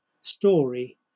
story